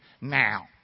Now